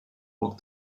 walk